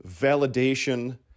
validation